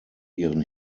ihren